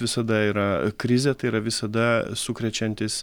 visada yra krizė tai yra visada sukrečiantis